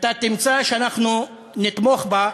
אתה תמצא שאנחנו נתמוך בה,